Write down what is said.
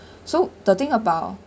so the thing about